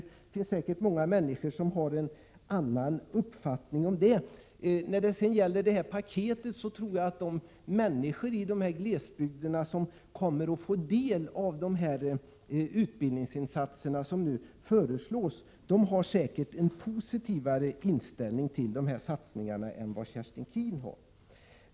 Det finns säkert många människor som har en annan uppfattning. När det gäller det aktuella paketet tror jag att de människor i de här bygderna som kommer att få del av dessa utbildningsinsatser, som nu föreslås, har en positivare inställning till de satsningarna än vad Kerstin Keen har.